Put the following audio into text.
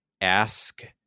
ask